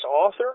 author